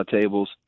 tables